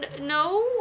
no